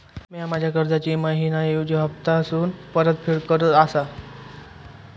म्या माझ्या कर्जाची मैहिना ऐवजी हप्तासून परतफेड करत आसा